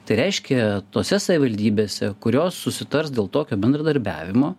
tai reiškia tose savivaldybėse kurios susitars dėl tokio bendradarbiavimo